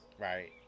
right